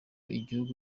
igihugu